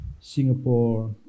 Singapore